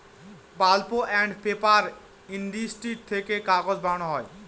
pulp and paper industry থেকে কাগজ বানানো হয়